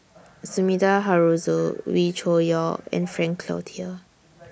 Sumida Haruzo Wee Cho Yaw and Frank Cloutier